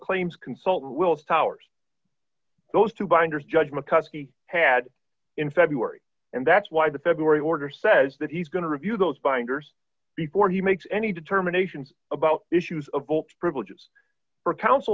claims consult wills powers those two binders judge mccuskey had in february and that's why the february order says that he's going to review those binders before he makes any determinations about issues of both privileges or coun